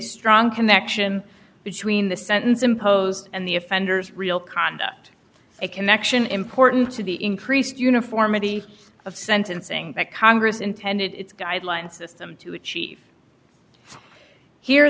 strong connection between the sentence imposed and the offender's real conduct a connection important to the increased uniformity of sentencing that congress intended its guidelines system to achieve here